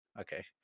Okay